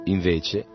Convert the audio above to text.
Invece